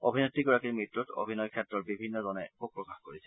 অভিনেত্ৰীগৰাকীৰ মৃত্যুত অভিনয় ক্ষেত্ৰৰ বিভিন্নজনে শোক প্ৰকাশ কৰিছে